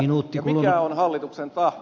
mikä on hallituksen tahto